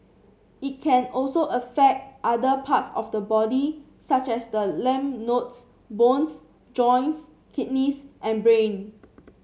it can also affect other parts of the body such as the lymph nodes bones joints kidneys and brain